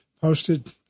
posted